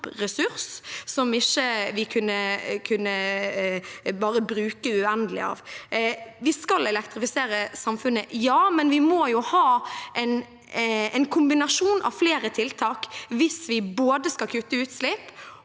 som vi ikke bare kunne bruke uendelig av. Vi skal elektrifisere samfunnet, ja, men vi må jo ha en kombinasjon av flere tiltak hvis vi både skal kutte utslipp